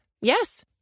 Yes